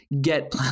get